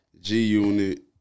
G-Unit